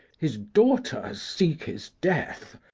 his daughters seek his death.